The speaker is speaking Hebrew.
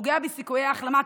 פוגע בסיכויי ההחלמה",